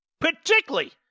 particularly